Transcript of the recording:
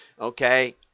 Okay